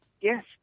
Yes